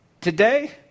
Today